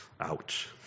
Ouch